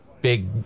big